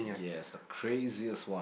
yes the craziest one